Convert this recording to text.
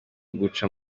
guca